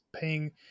paying